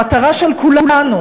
המטרה של כולנו,